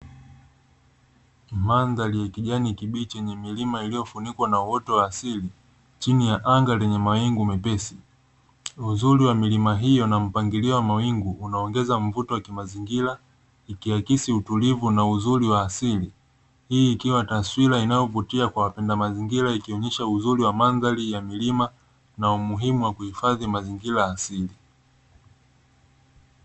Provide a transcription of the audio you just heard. Mandhari ya kijani kibichi yenye milima iliyofunikwa na uoto asili chini ya anga lenye mawingu mepesi, uzuri wa milima hiyo na mawingu unaongeza mvuto wa kimazingira ikiakisi utulivu na mazingira asili hii taswira inayovutia kwa wapenda mazingira ikionyesha uzuri wa mandhari ya milima na umuhimu wa kuhifadhi mazingira asili.